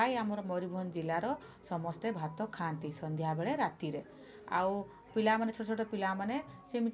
ଆମର ମୟୁରଭଞ୍ଜ ଜିଲ୍ଲାର ସମସ୍ତେ ଭାତ ଖାଆନ୍ତି ସନ୍ଧ୍ୟା ବେଳେ ରାତିରେ ଆଉ ପିଲାମାନେ ଛୋଟ ଛୋଟ ପିଲାମାନେ ସେମିତି